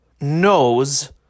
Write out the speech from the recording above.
knows